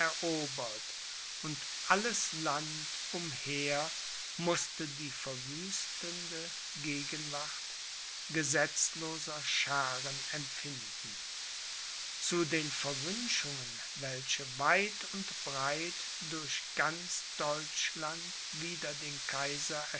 erobert und alles land umher mußte die verwüstende gegenwart gesetzloser schaaren empfinden zu den verwünschungen welche weit und breit durch ganz deutschland wider den kaiser